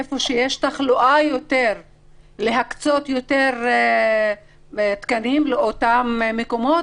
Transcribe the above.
איפה שיש יותר תחלואה להקצות יותר תקנים לאותם מקומות?